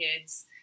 kids